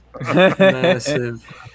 massive